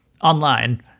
online